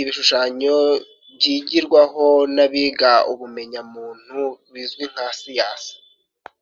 ibishushanyo byigirwaho n'abiga ubumenyamuntu bizwi nka siyansi.